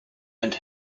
and